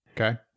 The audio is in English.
Okay